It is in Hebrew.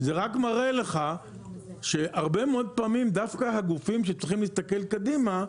זה רק מראה לך שהרבה מאוד פעמים דווקא הגופים שצריכים להסתכל קדימה,